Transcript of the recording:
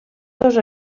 dos